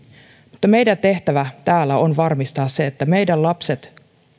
mutta meidän tehtävämme täällä on varmistaa se että meidän lapsemme